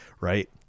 right